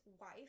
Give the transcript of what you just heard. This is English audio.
wife